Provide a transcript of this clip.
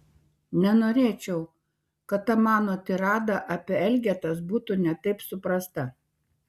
nenorėčiau kad ta mano tirada apie elgetas būtų ne taip suprasta